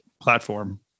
platform